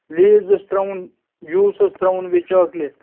Lay's اوس ترٛاوُن juice اوس ترٛاوُن بیٚیہِ چاکلیٹ